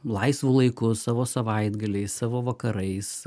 laisvu laiku savo savaitgaliais savo vakarais